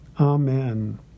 Amen